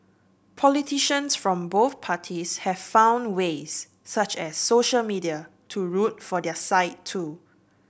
politicians from both parties have found ways such as social media to root for their side too